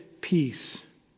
peace